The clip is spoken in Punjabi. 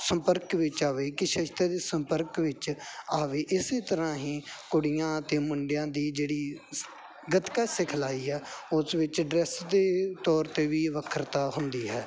ਸੰਪਰਕ ਵਿੱਚ ਆਵੇ ਕਿਸੇ ਸ਼ਸਤਰ ਦੇ ਸੰਪਰਕ ਵਿੱਚ ਆਵੇ ਇਸ ਤਰ੍ਹਾਂ ਹੀ ਕੁੜੀਆਂ ਅਤੇ ਮੁੰਡਿਆਂ ਦੀ ਜਿਹੜੀ ਗੱਤਕਾ ਸਿਖਲਾਈ ਹੈ ਉਸ ਵਿੱਚ ਡਰੈਸ ਦੇ ਤੌਰ 'ਤੇ ਵੀ ਵੱਖਰਤਾ ਹੁੰਦੀ ਹੈ